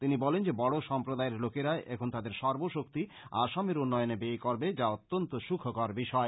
তিনি বলেন যে বড়ো সম্প্রদায়ের লোকেরা এখন তাদের সর্ব শক্তি আসামের উন্নয়নে ব্যায় করবে যা অত্যন্ত সুখকর বিষয়